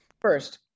First